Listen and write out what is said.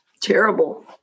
terrible